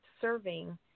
serving